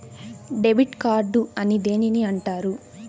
Debit card అని దేనిని అంటారు?